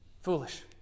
foolish